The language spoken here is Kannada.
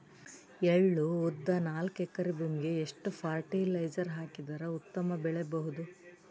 ಎಳ್ಳು, ಉದ್ದ ನಾಲ್ಕಎಕರೆ ಭೂಮಿಗ ಎಷ್ಟ ಫರಟಿಲೈಜರ ಹಾಕಿದರ ಉತ್ತಮ ಬೆಳಿ ಬಹುದು?